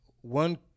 one